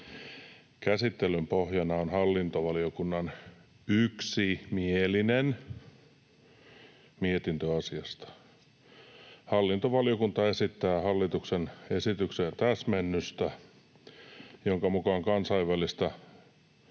Käsittelyn pohjana on hallintovaliokunnan yksimielinen mietintö asiasta. Hallintovaliokunta esittää hallituksen esitykseen täsmennystä, jonka mukaan kansainvälistä